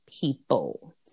people